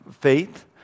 faith